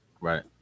Right